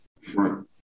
front –